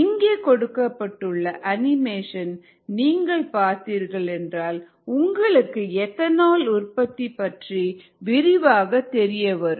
இங்கே கொடுக்கப்பட்டுள்ள அணிமேஷன் நீங்கள் பார்த்தீர்கள் என்றால் உங்களுக்கு எத்தனால் உற்பத்தி பற்றி விரிவாக தெரியவரும்